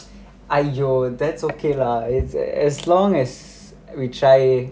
!aiyo! that's okay lah it's as long as we try